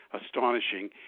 astonishing –